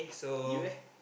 you eh